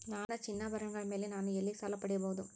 ನನ್ನ ಚಿನ್ನಾಭರಣಗಳ ಮೇಲೆ ನಾನು ಎಲ್ಲಿ ಸಾಲ ಪಡೆಯಬಹುದು?